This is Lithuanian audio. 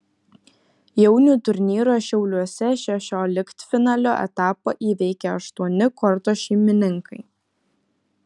jaunių turnyro šiauliuose šešioliktfinalio etapą įveikė aštuoni korto šeimininkai